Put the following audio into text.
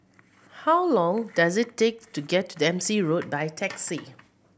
how long does it take to get to Dempsey Road by taxi